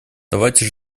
давайте